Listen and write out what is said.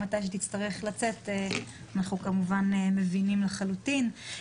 מתי שתצטרך לצאת אנחנו כמובן מבינים לחלוטין.